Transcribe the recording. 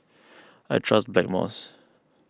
I trust Blackmores